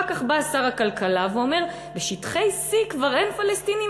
כך בא שר הכלכלה ואומר: בשטחי C כבר אין פלסטינים,